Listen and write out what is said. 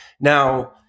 Now